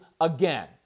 again